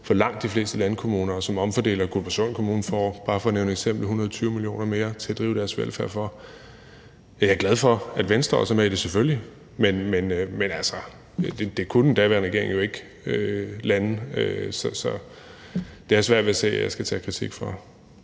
for langt de fleste landkommuner, og som omfordeler. Guldborgsund Kommune får, bare for at nævne et eksempel, 120 mio. kr. mere til at drive deres velfærd for. Og jeg er selvfølgelig glad for, at Venstre også er med i det, men det kunne den daværende regering jo altså ikke lande. Så det har jeg svært ved at se at jeg skal tage kritik for.